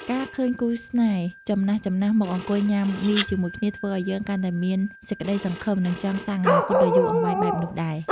ការឃើញគូស្នេហ៍ចំណាស់ៗមកអង្គុយញ៉ាំមីជាមួយគ្នា ធ្វើឱ្យយើងកាន់តែមានសេចក្តីសង្ឃឹម និងចង់សាងអនាគតដ៏យូរអង្វែងបែបនោះដែរ។